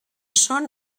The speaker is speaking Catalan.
són